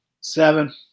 Seven